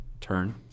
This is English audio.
turn